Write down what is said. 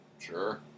Sure